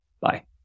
Bye